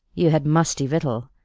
you had musty victual,